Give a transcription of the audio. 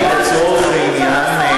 לצורך העניין,